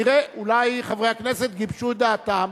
נראה, אולי חברי הכנסת גיבשו את דעתם